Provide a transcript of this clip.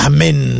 Amen